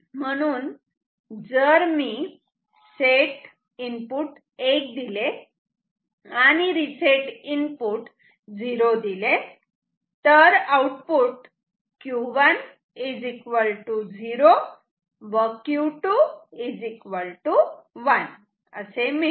म्हणून जर मी सेट इनपुट 1 दिले आणि रिसेट इनपुट 0 दिले तर आउटपुट Q1 0 व Q2 1 असे मिळते